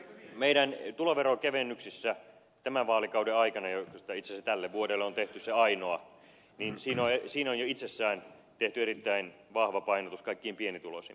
meidän tuloveron kevennyksissä tämän vaalikauden aikana itse asiassa tälle vuodelle on tehty se ainoa on jo itsessään tehty erittäin vahva painotus kaikkein pienituloisimpiin